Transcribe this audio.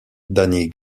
danny